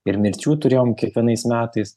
ir mirčių turėjom kiekvienais metais